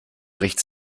bricht